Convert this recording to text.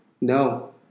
No